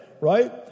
right